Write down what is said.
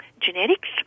genetics